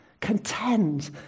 Contend